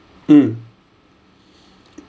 mm